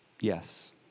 yes